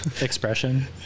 expression